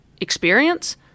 experience